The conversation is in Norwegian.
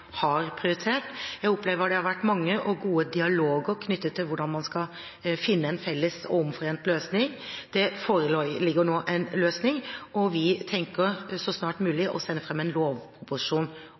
har prioritert. Jeg opplever at det har vært mange og gode dialoger knyttet til hvordan man skal finne en felles og omforent løsning. Det foreligger nå en løsning, og vi har tenkt å fremme en lovproposisjon om konsultasjonsordningen så snart som mulig.